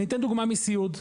אני אתן דוגמה מסיעוד,